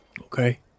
Okay